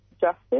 justice